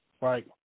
Right